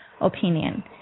opinion